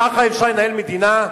כך אפשר לנהל מדינה?